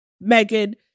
Megan